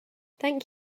thank